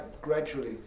gradually